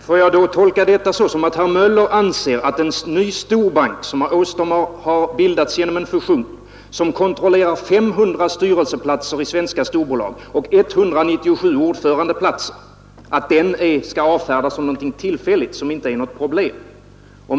Fru talman! Får jag tolka detta så att herr Möller i Göteborg anser att en ny stor bank, som har bildats genom en fusion och som kontrollerar 500 styrelseplatser i svenska storbolag och 197 ordförandeplatser, skall avfärdas som något tillfälligt som inte är något problem?